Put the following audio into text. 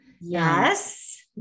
Yes